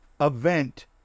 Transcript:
event